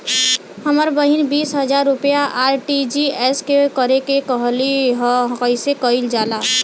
हमर बहिन बीस हजार रुपया आर.टी.जी.एस करे के कहली ह कईसे कईल जाला?